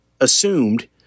assumed